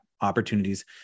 opportunities